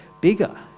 bigger